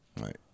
Right